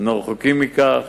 ואנחנו רחוקים מכך,